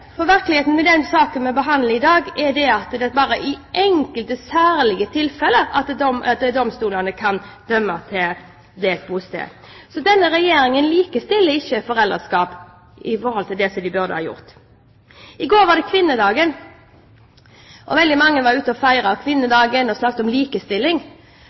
Virkeligheten i den saken vi behandler i dag, er at det bare er i enkelte særlige tilfeller at domstolene kan idømme delt bosted. Denne regjeringen likestiller ikke foreldreskap slik den burde ha gjort. I går var det kvinnedagen, og veldig mange var ute og feiret dagen og snakket om likestilling. Denne regjeringen snakker om likestilling